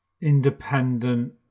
independent